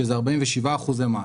שזה 47 אחוזי מס,